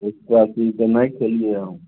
ओत्तए अथी नहि खेलियै यऽ हम